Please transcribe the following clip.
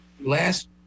last